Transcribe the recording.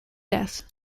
death